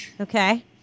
Okay